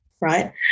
Right